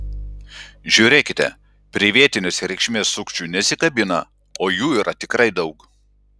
žiūrėkite prie vietinės reikšmės sukčių nesikabina o jų yra tikrai daug